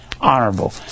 honorable